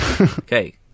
Okay